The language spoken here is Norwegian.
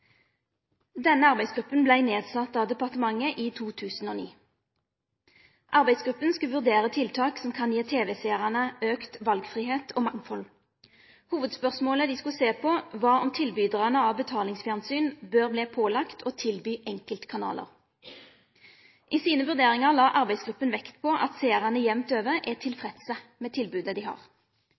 Denne arbeidsgruppa vart sett ned av departementet i 2009. Arbeidsgruppa skulle vurdere tiltak som kan gi tv-sjåarane auka valfridom og mangfald. Hovudspørsmålet dei skulle sjå på, var om tilbydarane av betalingsfjernsyn bør verte pålagde å tilby enkeltkanalar. I sine vurderingar la arbeidsgruppa vekt på at sjåarane jamt over er tilfredse med tilbodet dei har.